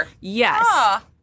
Yes